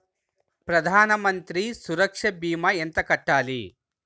ప్రధాన మంత్రి సురక్ష భీమా ఎంత కట్టాలి?